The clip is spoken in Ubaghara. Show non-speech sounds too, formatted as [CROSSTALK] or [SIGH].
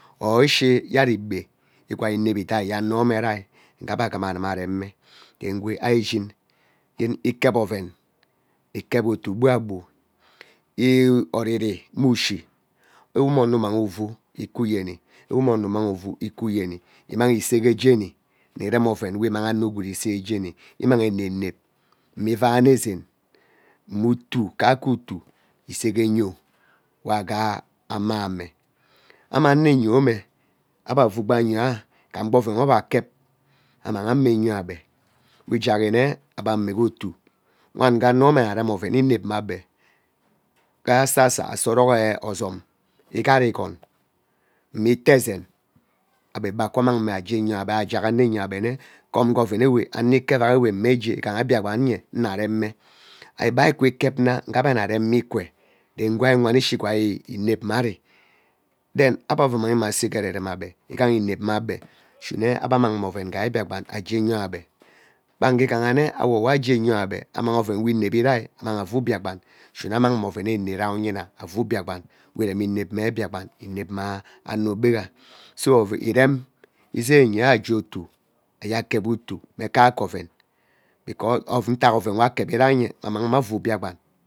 Or ishi yari ebe ighai inep idai ye ano ene rai, ngee ebe aghama anuma rem mme, yen ikep oven ikep utuu gbua gbu ee oriri ikep ushi ewe mmono imang uvuu tk yeni ewe mmomo uvini ike yeni imong isee gee jeni uni immang ano gwood ise jeni inang inep inep mma ivaane zeen mma utuu kaeke utuu isee gee yo we aghaa anyeme ame ano yene ebe avuu gbaa yoaa igham gba oven we ebe akep amay ame yo ebe we jeyi nne ebe ammage otu wange ano me nna rem oven inep mme ebe assa asoroee ozom igat ighoon mma ite ezen ebe akwa ammang mme gee yoebe ajack ano yeebe ane come uge ivenewe ano ekevak eme mme ugee igha biakpen nye nnaremer ibee ukwu ikep na ebe nnarreme ikwe ren ugee igbe nwan ishi kwan inep mma ari then ebe ammang me ase gerere ebe ighaha inep mme ebe ishine ebe amang mma oen gai biakpen ajee yoebe kpan ugee ighaha mme awo we agee yo ebe amanghi oven we inevi rai ammang avuu biakpen ishine amang mma oven ere rai onyima avuu biakpen we oremi inep me biakpen inep mmano gwega so ov [HESITATION] irem izei onya agee otuo agee ekep utuu keake oven because of ntak oven we akevi rai nye mmang me avuu biakpen